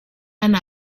and